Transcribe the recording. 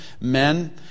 men